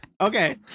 okay